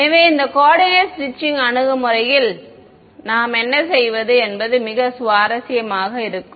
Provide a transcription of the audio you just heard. எனவே இந்த coordinate stretching அணுகுமுறையில் நாம் என்ன செய்வது என்பது மிகவும் சுவாரஸ்யமாக இருக்கும்